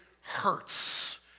hurts